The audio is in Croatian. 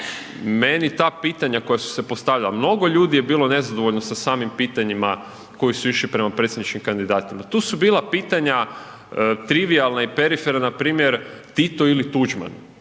Meni ta pitanja koja su se postavljala, mnogo ljudi je bilo nezadovoljno sa samim pitanjima koja su išla prema predsjedničkim kandidatima, tu su bila pitanja trivijalna i periferna, npr. Tito ili Tuđman.